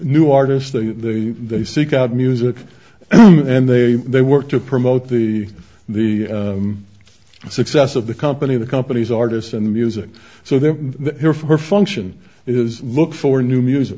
new artist the they seek out music and they they work to promote the the success of the company the company's artists and music so they're there for function is look for new music